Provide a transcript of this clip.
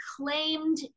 claimed